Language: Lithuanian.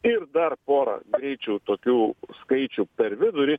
ir dar porą greičių tokių skaičių per vidurį